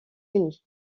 unis